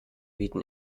bieten